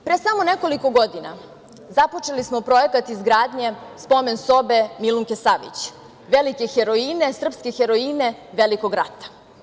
Pre samo nekoliko godina započeli smo projekat izgradnje Spomen sobe Milunke Savić, velike heroine Velikog rata.